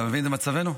אתה מבין מה מצבנו?